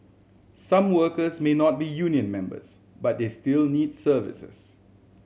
some workers may not be union members but they still need services